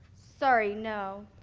sorry, no.